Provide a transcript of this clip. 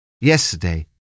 Yesterday